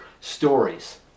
stories